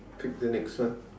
click the next one